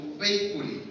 faithfully